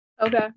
okay